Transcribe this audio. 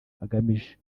agamije